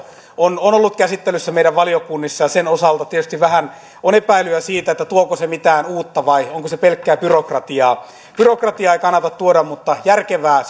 ollut käsittelyssä meidän valiokunnissa ja sen osalta tietysti vähän on epäilyä siitä tuoko se mitään uutta vai onko se pelkkää byrokratiaa byrokratiaa ei kannata tuoda mutta järkevää